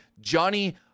Johnny